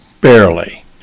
barely